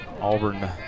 Auburn